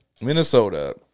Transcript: Minnesota